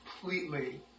completely